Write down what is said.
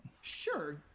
Sure